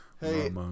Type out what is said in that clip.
Hey